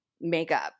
makeup